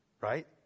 Right